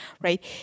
right